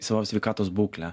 savo sveikatos būklę